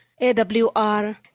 AWR